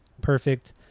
Perfect